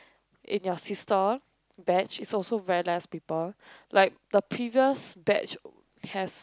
in your sister batch is also very less people like the previous batch have